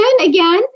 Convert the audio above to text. again